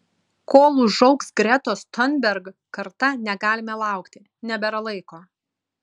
kol užaugs gretos thunberg karta negalime laukti nebėra laiko